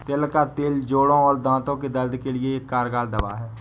तिल का तेल जोड़ों और दांतो के दर्द के लिए एक कारगर दवा है